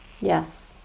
Yes